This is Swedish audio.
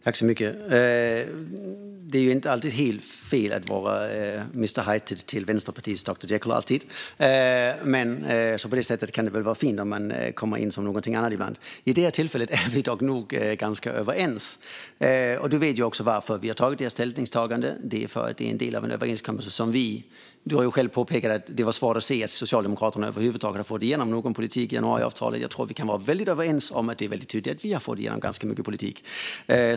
Fru talman! Det är inte alltid helt fel att vara mister Hyde till Vänsterpartiets doktor Jekyll. På det sättet kan det vara fint om man kommer in som någonting annat ibland. I dag är vi nog ganska överens. Du vet också varför vi har gjort detta ställningstagande. Det är för att det är en del av en överenskommelse. Du har själv påpekat att det var svårt att se att Socialdemokraterna har fått igenom någon politik över huvud taget i januariavtalet. Jag tror att vi kan vara väldigt överens om att det är väldigt tydligt att vi har fått igenom ganska mycket politik.